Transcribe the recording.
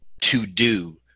to-do